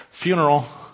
funeral